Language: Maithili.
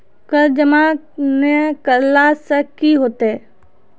कर जमा नै करला से कि होतै?